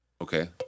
Okay